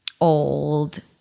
old